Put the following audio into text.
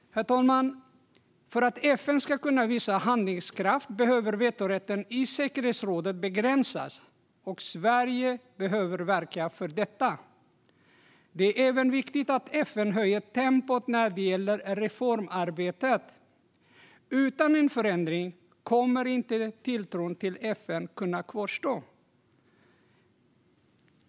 Herr talman! För att FN ska kunna visa handlingskraft behöver vetorätten i säkerhetsrådet begränsas, och Sverige behöver verka för detta. Det är även viktigt att FN höjer tempot när det gäller reformarbetet. Utan en förändring kommer tilltron till FN inte att kunna kvarstå.